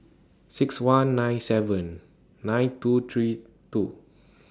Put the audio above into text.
six one nine seven nine two three two